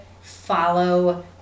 follow